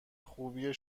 خوبی